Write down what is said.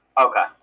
Okay